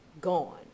gone